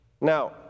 Now